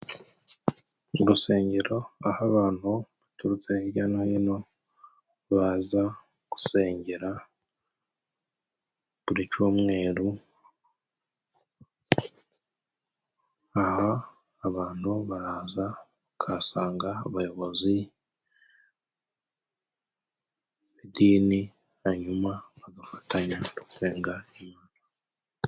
Mu rusengero aho abantu baturutse hirya no hino baza gusengera buri cumweru. Aha abantu baraza ukahasanga abayobozi, idini hanyuma bagafatanya gusenga Imana.